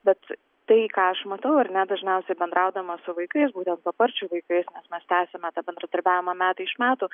bet tai ką aš matau ar ne dažniausiai bendraudama su vaikais būtent paparčių vaikais mes tęsiame tą bendradarbiavimą metai iš metų